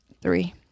Three